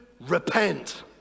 repent